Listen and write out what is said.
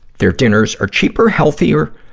their dinners are cheaper, healthier,